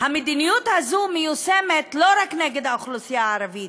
המדיניות הזאת מיושמת לא רק נגד האוכלוסייה הערבית,